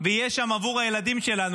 ויהיה שם עבור הילדים שלנו.